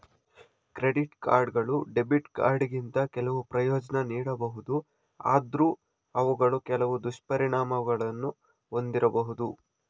credit ಕಾರ್ಡ್ಗಳು debit ಕಾರ್ಡ್ಗಿಂತ ಕೆಲವು ಪ್ರಯೋಜ್ನ ನೀಡಬಹುದು ಆದ್ರೂ ಅವುಗಳು ಕೆಲವು ದುಷ್ಪರಿಣಾಮಗಳನ್ನು ಒಂದಿರಬಹುದು